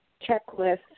Checklist